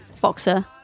boxer